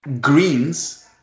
greens